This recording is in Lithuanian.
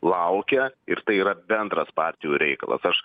laukia ir tai yra bendras partijų reikalas aš